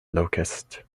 locust